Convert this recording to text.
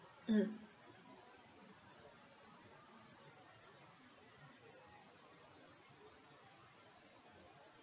mm